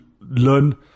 learn